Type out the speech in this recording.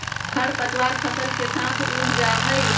खर पतवार फसल के साथ उग जा हई